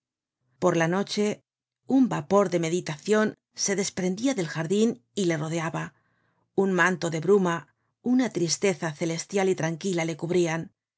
por la noche un vapor de meditacion sp desprendia del jardin y le rodeaba un manto de bruma una tristeza celestial y tranquila le cubrian